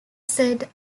said